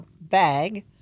bag